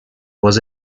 was